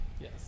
Yes